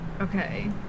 Okay